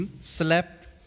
Slept